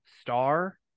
star